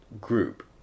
group